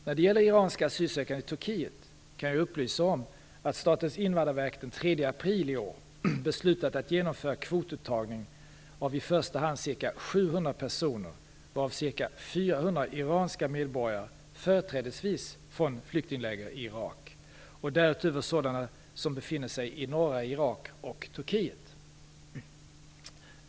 När det gäller iranska asylsökande i Turkiet kan jag upplysa om att Statens invandrarverk den 3 april i år beslutat att genomföra kvotuttagning av i första hand ca 700 personer, varav ca 400 iranska medborgare företrädesvis från flyktingläger i Irak, och därutöver sådana som befinner sig i norra Irak och Turkiet.